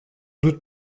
doute